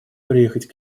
приехать